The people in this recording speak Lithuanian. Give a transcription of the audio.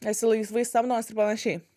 esi laisvai samdomas ir panašiai